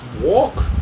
walk